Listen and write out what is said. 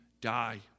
die